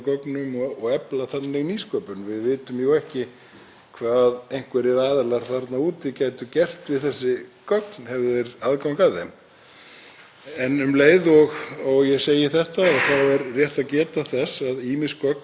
En um leið og ég segi þetta er rétt að geta þess að ýmis gögn eru birt opinberlega af þjóðskrá í dag á opingögn.is, ýmist ein eða sér eða í samvinnu við önnur stjórnvöld.